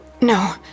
No